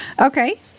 Okay